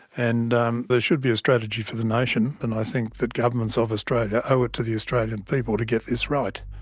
and um there should be a strategy for the nation and i think that governments of australia owe it to the australian people to get this right.